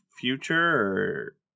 future